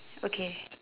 okay